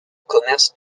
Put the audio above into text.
commerce